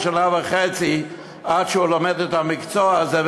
ושנה וחצי עד שהוא לומד את המקצוע הזה,